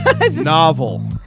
Novel